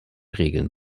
regeln